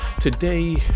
today